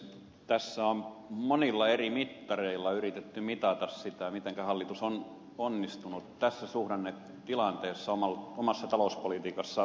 tässä on monilla eri mittareilla yritetty mitata sitä mitenkä hallitus on onnistunut tässä suhdannetilanteessa omassa talouspolitiikassaan